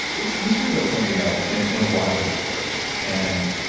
you talk about something else in in a lot of your work and